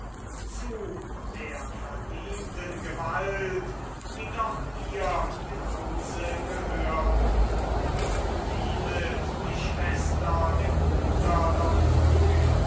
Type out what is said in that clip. zu der verdienten gewalt die doch ihr im hause gehöret dienet die schwester dem bruder doch früh